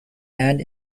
and